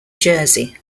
jersey